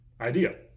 idea